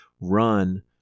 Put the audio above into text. run